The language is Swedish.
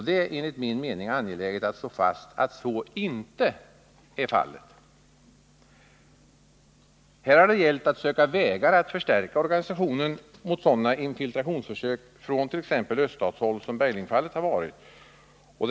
Det är enligt min mening angeläget att slå fast att så inte är fallet. Här har det gällt att söka vägar att förstärka organisationen mot sådana infiltrationsförsök från t.ex. öststatshåll som Berglingfallet är ett exempel på.